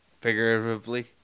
figuratively